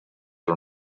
are